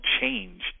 change